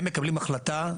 הם מקבלים החלטה.